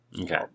Okay